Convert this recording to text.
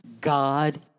God